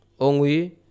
ongui